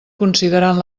considerant